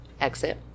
exit